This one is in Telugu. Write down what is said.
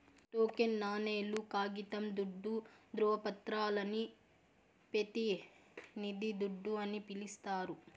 టోకెన్ నాణేలు, కాగితం దుడ్డు, దృవపత్రాలని పెతినిది దుడ్డు అని పిలిస్తారు